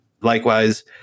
likewise